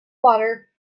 water